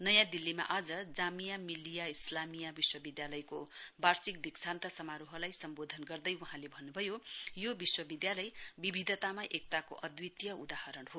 नयाँ दिल्लीमा आज जामिया मिल्लिया इस्लामिया विश्वविधालयको वार्षिक दीक्षान्त समारोहलाई सम्वोधन गर्दै वहाँले भन्नुभयो यो विश्वविधालय विविधतामा एकताको अद्वितीय उदाहरण हो